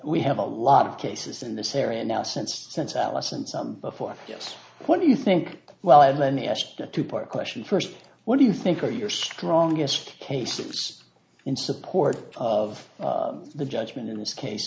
we have a lot of cases in this area now since since allison some before yes what do you think well and let me ask the two part question first what do you think are your strongest cases in support of the judgment in this case